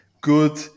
good